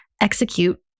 execute